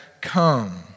come